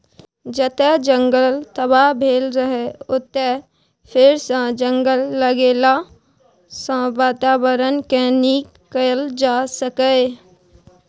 जतय जंगल तबाह भेल रहय ओतय फेरसँ जंगल लगेलाँ सँ बाताबरणकेँ नीक कएल जा सकैए